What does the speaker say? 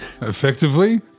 effectively